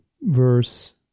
verse